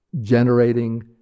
generating